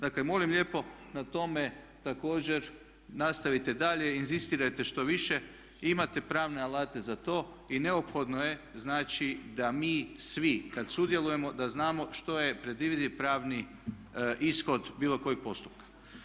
Dakle, molim lijepo na tome također nastavite dalje, inzistirajte što više, imate pravne alate za to i neophodno je znači da mi svi kad sudjelujemo da znamo što je predvidljiv pravni ishod bilo kojeg postupka.